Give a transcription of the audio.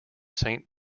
saint